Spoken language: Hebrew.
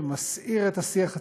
שמסעיר את השיח הציבורי,